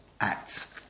Acts